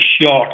short